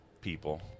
people